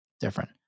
Different